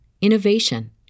innovation